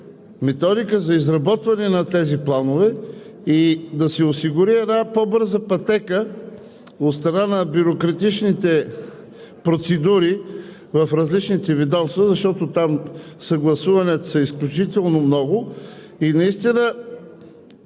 методика за изработване на тези планове и да се осигури една по-бърза пътека от страна на бюрократичните процедури в различните ведомства, защото там съгласуванията са изключително много и наистина